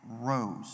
rose